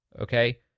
Okay